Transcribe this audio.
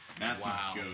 Wow